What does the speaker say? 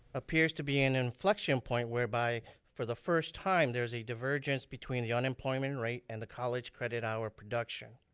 appears to be an inflection point whereby, for the first time there's a divergence between the unemployment rate and the college credit hour production.